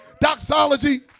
doxology